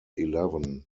eleven